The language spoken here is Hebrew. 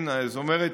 זאת אומרת,